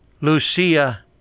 Lucia